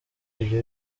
ibyo